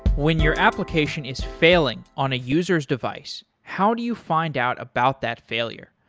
when your application is failing on a user s device, how do you find out about that failure?